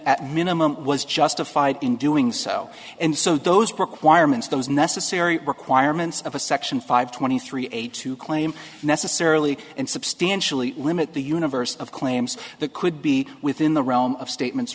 at minimum was justified in doing and so those requirements those necessary requirements of a section five twenty three eight to claim necessarily and substantially limit the universe of claims that could be within the realm of statements